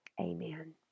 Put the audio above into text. Amen